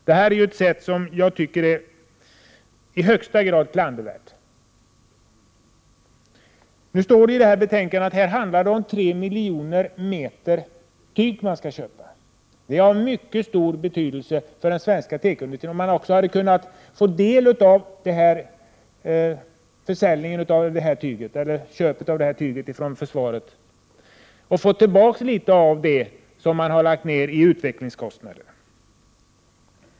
Detta är ett beteende som jag tycker är i högsta grad klandervärt. Av betänkandet framgår det att tre miljoner meter väv skall upphandlas. Det hade varit av mycket stor betydelse för den svenska tekoindustrin om industrin hade kunnat få någon del av beställningen av detta tyg till försvaret. Då hade industrin fått tillbaka litet av de pengar som lagts ner i utvecklingskostnader.